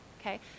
okay